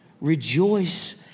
rejoice